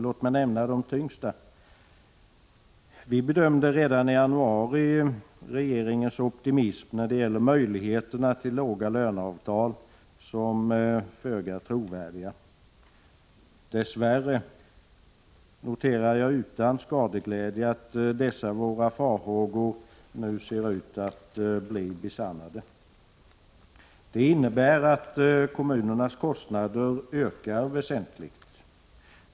Låt mig nämna de tyngsta. Vi bedömde redan i januari regeringens optimism när det gällde möjligheten till låga löneavtal som föga trovärdig. Dessvärre — noterar jag utan skadeglädje — ser dessa våra farhågor ut att besannas. Det innebär att kommunernas kostnader ökar väsentligt.